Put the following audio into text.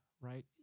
Right